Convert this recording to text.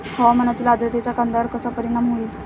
हवामानातील आर्द्रतेचा कांद्यावर कसा परिणाम होईल?